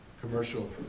commercial